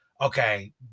okay